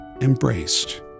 embraced